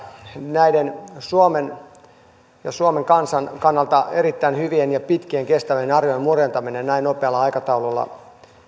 näiden suomen ja suomen kansan kannalta erittäin hyvien ja pitkien ja kestävien arvojen murentaminen näin nopealla aikataululla